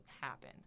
happen